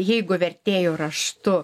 jeigu vertėju raštu